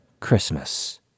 Christmas